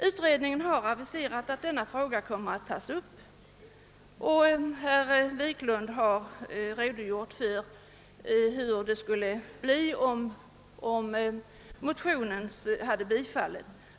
Utredningen har aviserat att denna fråga kommer att tas upp, och herr Wiklund i Stockholm har här redogjort för hur det skulle bli om motionen bifölls.